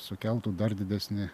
sukeltų dar didesnį